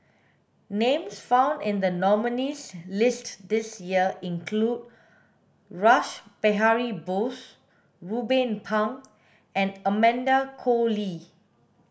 names found in the nominees' list this year include Rash Behari Bose Ruben Pang and Amanda Koe Lee